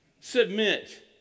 submit